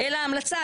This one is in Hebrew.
אלא המלצה,